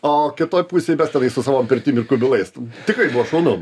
o kitoj pusėj mes tenai su savo pirtim ir kubilais tikrai buvo šaunu